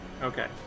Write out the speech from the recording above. Okay